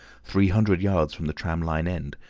three hundred yards from the tram-line end,